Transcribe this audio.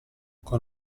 con